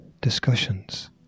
DISCUSSIONS